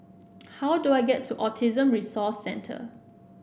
how do I get to Autism Resource Centre